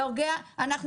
אנחנו